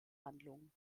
handlung